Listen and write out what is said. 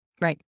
Right